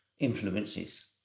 influences